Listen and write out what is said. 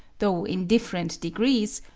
though in different degrees,